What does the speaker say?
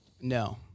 No